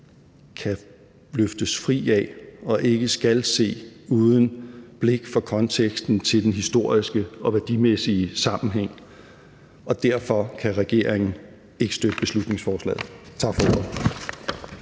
kan løftes fri af og ikke skal ses uden blik for konteksten til den historiske og værdimæssige sammenhæng. Derfor kan regeringen ikke støtte beslutningsforslaget. Tak for ordet.